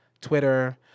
Twitter